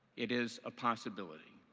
it is a possibility.